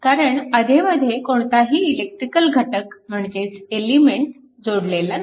कारण अधेमधे कोणताही इलेक्ट्रिकल घटक म्हणजेच एलिमेंट जोडलेला नाही